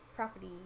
property